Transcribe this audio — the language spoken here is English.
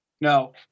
No